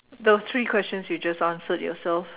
those three questions you just answered yourself